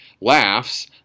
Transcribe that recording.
laughs